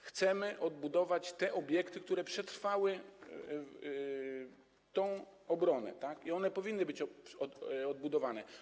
Chcemy odbudować obiekty, które przetrwały tę obronę, i one powinny być odbudowane.